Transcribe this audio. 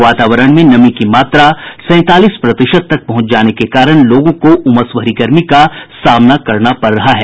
वातावरण में नमी की मात्रा सैंतालीस प्रतिशत तक पहुंच जाने के कारण लोगों को उमस भरी गर्मी का सामना करना पड़ रहा है